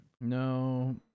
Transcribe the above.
No